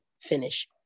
finish